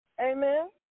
Amen